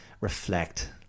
reflect